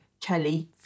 Kelly